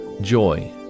joy